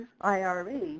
IRE